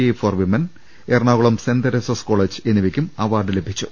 I for women Ernakulam Saint Teresa's college എന്നിവയ്ക്കും award ലഭിച്ചു